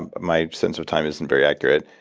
and my sense of time isn't very accurate.